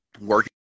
working